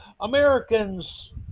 Americans